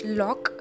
lock